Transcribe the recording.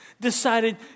decided